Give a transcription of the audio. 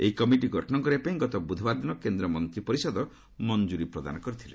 ଏହି କମିଟି ଗଠନ କରିବା ପାଇଁ ଗତ ବୃଧବାର ଦିନ କେନ୍ଦ୍ର ମନ୍ତ୍ରୀପରିଷଦ ମଞ୍ଜରୀ ପ୍ରଦାନ କରିଥିଲେ